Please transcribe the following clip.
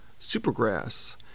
Supergrass